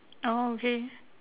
oh okay